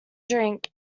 drink